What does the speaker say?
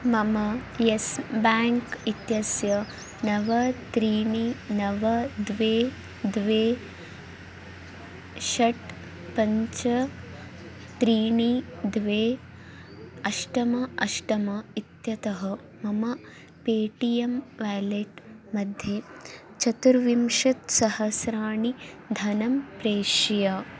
मम Yes Bank इत्यस्य नव त्रीणि नव द्वे द्वे षट् पञ्च त्रीणि द्वे अष्टम अष्टम इत्यतः मम पेटियम् वालेट् मध्ये चतुर्विंशतिसहस्राणि धनं प्रेषय